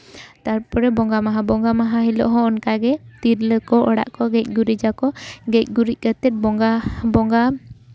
ᱛᱟᱨᱯᱚᱨᱮ ᱵᱚᱸᱜᱟ ᱢᱟᱦᱟ ᱵᱚᱸᱜᱟ ᱢᱟᱦᱟ ᱦᱤᱞᱳᱜ ᱦᱚᱸ ᱚᱱᱠᱟ ᱜᱮ ᱛᱤᱨᱞᱟᱹ ᱠᱚ ᱚᱲᱟᱜ ᱠᱚ ᱜᱮᱡ ᱜᱩᱨᱤᱡᱟᱠᱚ ᱜᱮᱫ ᱜᱩᱨᱤᱡ ᱠᱟᱛᱮ ᱵᱚᱸᱜᱟ ᱵᱚᱸᱜᱟ